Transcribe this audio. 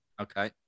Okay